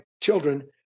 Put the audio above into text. children